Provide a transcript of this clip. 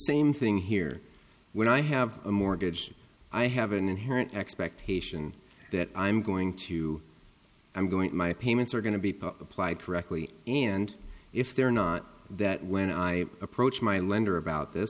same thing here when i have a mortgage i have an inherent expectation that i'm going to i'm going to my payments are going to be applied correctly and if they're not that when i approach my lender about this